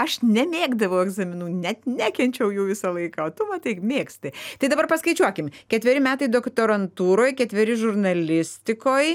aš nemėgdavau egzaminų net nekenčiau jų visą laiką o tu matai mėgsti tai dabar paskaičiuokim ketveri metai doktorantūroj ketveri žurnalistikoj